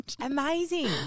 Amazing